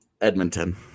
Edmonton